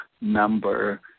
number